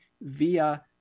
via